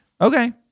Okay